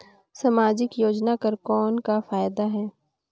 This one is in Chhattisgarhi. समाजिक योजना कर कौन का फायदा है?